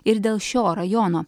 ir dėl šio rajono